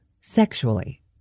sexually